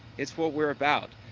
it's what we're about.